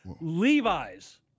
Levi's